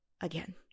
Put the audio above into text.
again